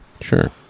Sure